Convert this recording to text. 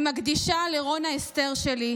אני מקדישה לרונה אסתר שלי,